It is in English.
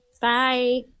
Bye